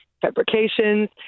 fabrications